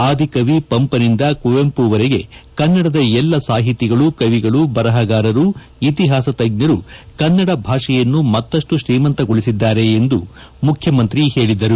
ಆದಿ ಕವಿ ಪಂಪನಿಂದ ಕುವೆಂಪುವರೆಗೆ ಕನ್ನಡದ ಎಲ್ಲಾ ಸಾಹಿತಿಗಳು ಕವಿಗಳು ಬರಹಗಾರರು ಇತಿಹಾಸ ತಜ್ಞರು ಕನ್ನಡ ಭಾಷೆಯನ್ನು ಮತ್ತಪ್ಪು ಶ್ರೀಮಂತಗೊಳಿಸಿದ್ದಾರೆ ಎಂದು ಮುಖ್ಯಮಂತ್ರಿ ಹೇಳಿದರು